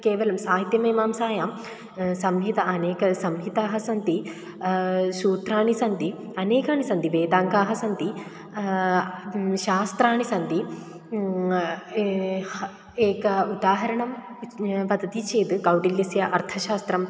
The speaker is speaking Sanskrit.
केवलं साहित्यमीमांसायां संहिताः अनेकाः संहिताः सन्ति सूत्राणि सन्ति अनेकानि सन्ति वेदाङ्गानि सन्ति शास्त्राणि सन्ति एकम् उदाहरणं वदति चेद् कौटिल्यस्य अर्थशास्त्रम्